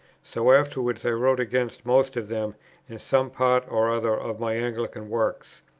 so afterwards i wrote against most of them in some part or other of my anglican works.